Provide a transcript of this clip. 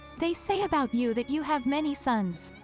they say about you that you have many sons.